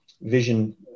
vision